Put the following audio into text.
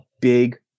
big